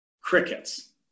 Crickets